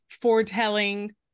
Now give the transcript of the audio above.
foretelling